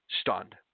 Stunned